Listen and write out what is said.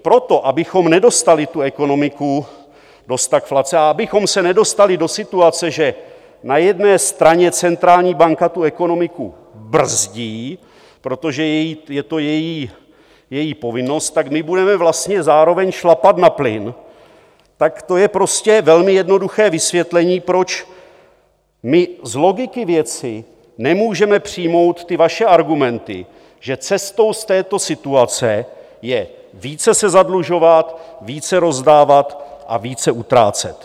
Proto, abychom nedostali tu ekonomiku do stagflace a abychom se nedostali do situace, že na jedné straně centrální banka ekonomiku brzdí, protože je to její povinnost, tak my budeme vlastně zároveň šlapat na plyn, tak to je prostě velmi jednoduché vysvětlení, proč my z logiky věci nemůžeme přijmout ty vaše argumenty, že cestou z této situace je více se zadlužovat, více rozdávat a více utrácet.